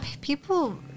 People